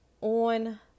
on